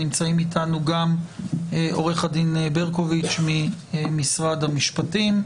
נמצאים איתנו גם עורך הדין ברקוביץ ועורכת הדין נעמה רוט ממשרד המשפטים,